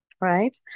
Right